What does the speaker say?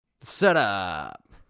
Setup